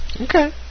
Okay